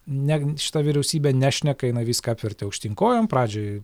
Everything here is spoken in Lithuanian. ne šita vyriausybė nešneka jinai viską apvertė aukštyn kojom pradžioj